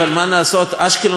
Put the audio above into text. אשקלון היא לא נמל,